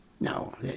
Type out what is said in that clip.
No